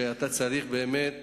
ואתה צריך באמת